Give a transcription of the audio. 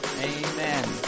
Amen